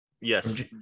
yes